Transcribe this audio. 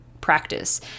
practice